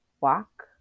walk